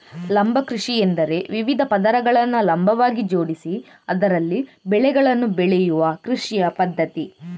ಲಂಬ ಕೃಷಿಯೆಂದರೆ ವಿವಿಧ ಪದರಗಳನ್ನು ಲಂಬವಾಗಿ ಜೋಡಿಸಿ ಅದರಲ್ಲಿ ಬೆಳೆಗಳನ್ನು ಬೆಳೆಯುವ ಕೃಷಿಯ ಪದ್ಧತಿ